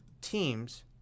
teams